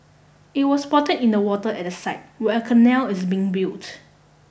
it was spotted in the water at the site where a canal is being built